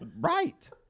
Right